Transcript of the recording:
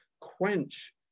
quench